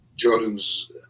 Jordan's